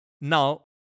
Now